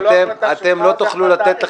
אדוני היועץ המשפטי המועדים הוקראו בוועדה.